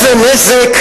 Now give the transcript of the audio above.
איזה נזק,